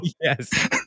Yes